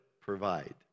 provide